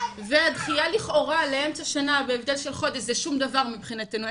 והדחייה לכאורה לאמצע שנה בהבדל של חודש זה שום דבר מבחינתנו,